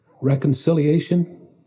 Reconciliation